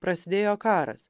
prasidėjo karas